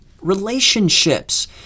relationships